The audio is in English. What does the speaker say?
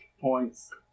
points